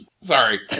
sorry